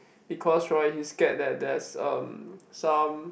because right he's scared that there's um some